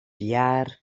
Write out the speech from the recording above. jaar